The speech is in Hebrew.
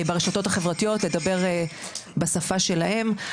ברשתות החברתיות לדבר בשפה שלהם.